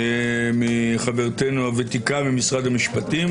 חברתנו הוותיקה ממשרד המשפטים,